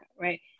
right